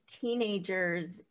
teenagers